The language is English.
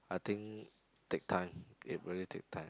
I think take time it really take time